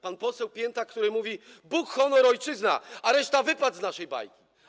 Pan poseł Pięta, który mówi: Bóg, honor, ojczyzna, a reszta - wypad z naszej bajki.